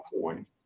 point